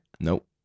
Nope